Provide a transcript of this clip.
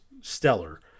stellar